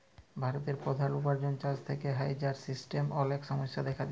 ভারতের প্রধাল উপার্জন চাষ থেক্যে হ্যয়, যার সিস্টেমের অলেক সমস্যা দেখা দিতে পারে